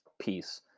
piece